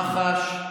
מח"ש.